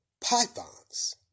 pythons